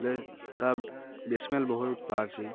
ହେଲେ ତା ବି ସ୍ମେଲ୍ ବହୁତ